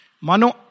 Mano